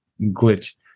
glitch